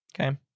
Okay